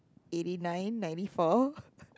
eighty nine ninety four